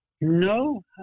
No